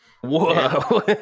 Whoa